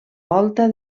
volta